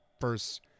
first